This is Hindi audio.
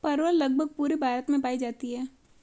परवल लगभग पूरे भारत में पाई जाती है